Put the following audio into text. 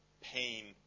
pain